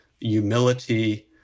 humility